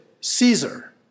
Caesar